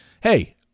hey